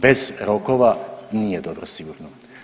Bez rokova nije dobro sigurno.